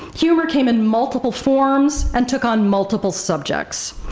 humor came in multiple forms and took on multiple subjects.